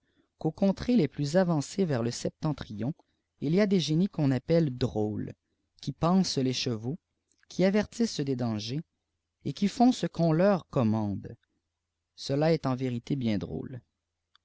cpi'auk cdntirées les plus avancées vers le septentrion il y a des génies qu'on appelle drôles qui pansent les chevaux qui avertissent des dangers et qui font ce qu'on leur commande cela est en vérité bien drôle